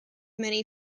many